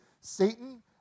Satan